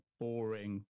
boring